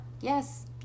yes